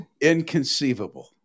inconceivable